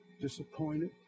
disappointed